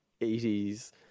80s